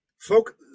folk